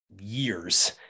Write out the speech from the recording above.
years